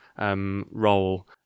role